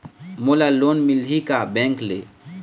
मोला लोन मिलही का बैंक ले?